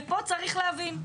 ופה צריך להבין,